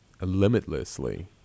limitlessly